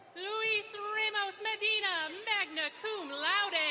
louis ramos medina, magna cum laude.